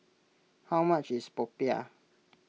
how much is Popiah